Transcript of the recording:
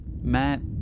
Matt